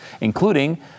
including